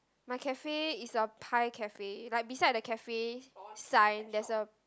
my cafe is a pie cafe like beside the cafe sign there's a